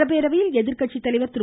சட்டப்பேரவையில் எதிர்கட்சித்தலைவர் திரு